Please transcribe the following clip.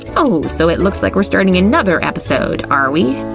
oh, so it looks like we're starting another episode, aren't we?